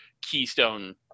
keystone